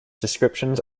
descriptions